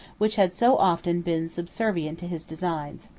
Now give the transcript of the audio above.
which had so often been subservient to his designs.